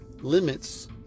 limits